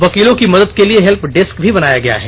वकीलों की मदद के लिए हेल्प डेस्क भी बनाया गया है